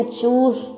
choose